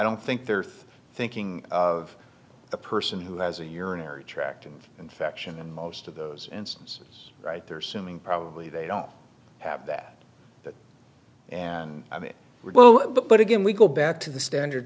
don't think they're thinking of the person who has a urinary tract infection and most of those answers right there simming probably they don't have that and i mean what but again we go back to the standard